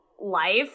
Life